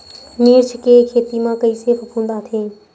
मिर्च के खेती म कइसे फफूंद आथे?